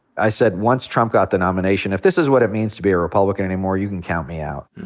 i said once trump got the nomination, if this is what it means to be a republican anymore, you can count me out.